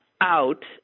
out